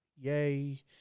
yay